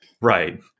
right